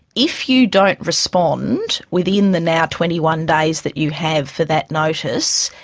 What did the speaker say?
if you don't respond within the now twenty one days that you have for that notice,